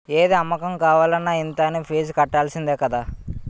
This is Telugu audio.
ఏది అమ్మకం కావాలన్న ఇంత అనీ ఫీజు కట్టాల్సిందే కదా